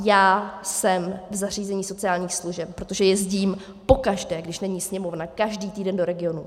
Já jsem v zařízení sociálních služeb protože jezdím pokaždé, když není sněmovna, každý týden do regionů.